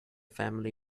family